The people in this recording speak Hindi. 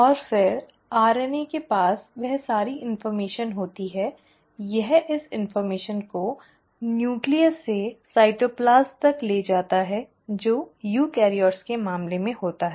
और फिर RNA के पास वह सारी जानकारी होती है यह इस जानकारी को न्यूक्लियस से साइटोप्लाज्म तक ले जाता है जो यूकेरियोट्स के मामले में होता है